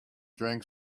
drank